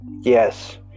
yes